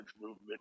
movement